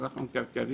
יותר נכון כלכלית